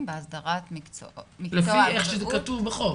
בהסדרת מקצוע -- לפי איך שזה כתוב בחוק.